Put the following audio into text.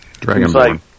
Dragonborn